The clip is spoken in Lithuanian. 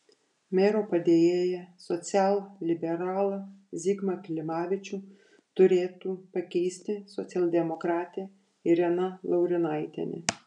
mero padėjėją socialliberalą zigmą klimavičių turėtų pakeisti socialdemokratė irena laurinaitienė